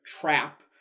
trap